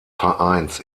vereins